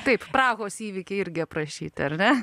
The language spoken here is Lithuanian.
taip prahos įvykiai irgi aprašyti ar ne